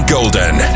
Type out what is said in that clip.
Golden